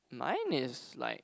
mine is like